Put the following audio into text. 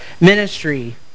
ministry